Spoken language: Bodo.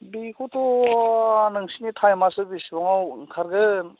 बेखौथ' नोंसिनि टाइमआसो बेसेबांआव ओंखारगोन